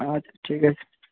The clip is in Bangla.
আচ্ছা ঠিক আছে